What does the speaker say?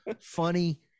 funny